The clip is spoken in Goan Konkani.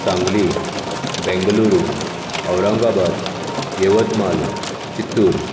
सांगली बँगलुरू औरंगाबाद यवतमाळ चित्तूर